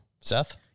Seth